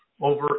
Over